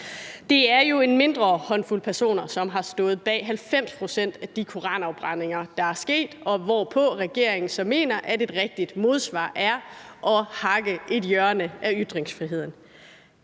Det er jo en mindre håndfuld personer, som har stået bag 90 pct. af de koranafbrændinger, der er sket, hvorpå regeringen så mener, at et rigtigt modsvar er at hakke et hjørne af ytringsfriheden.